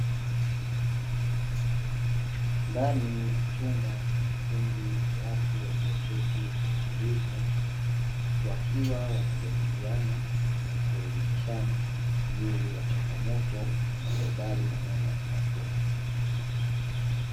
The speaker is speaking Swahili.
Ndani ya chumba kuna kundi la watu walioketi kwa utulivu wakiwa wanajadiliana na kuelemishana juu ya changamoto mbalimbali na namna ya kutatua.